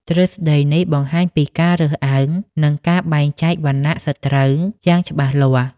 ទ្រឹស្តីនេះបង្ហាញពីការរើសអើង និងការបែងចែកវណ្ណៈសត្រូវយ៉ាងច្បាស់លាស់។